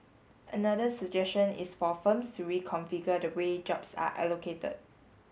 another suggestion is for firms to reconfigure the way jobs are allocated